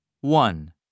One